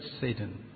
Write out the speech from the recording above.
satan